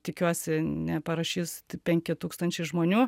tikiuosi neparašys penki tūkstančiai žmonių